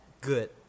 good